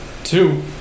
Two